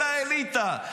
כל האליטה,